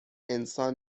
انسان